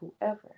whoever